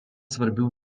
svarbių